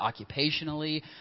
occupationally